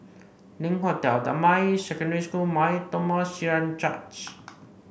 Link Hotel Damai Secondary School Mar Thoma Syrian Church